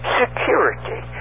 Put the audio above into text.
security